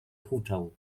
huczał